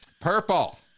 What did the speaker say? Purple